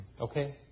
Okay